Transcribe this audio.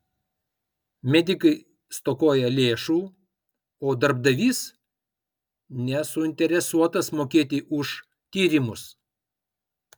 medikai stokoja lėšų o darbdavys nesuinteresuotas mokėti už tyrimus